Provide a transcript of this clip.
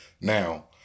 Now